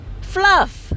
fluff